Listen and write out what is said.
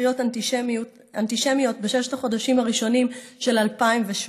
תקריות אנטישמיות בששת החודשים הראשונים של 2017,